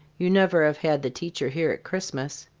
you never have had the teacher here at christmas.